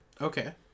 Okay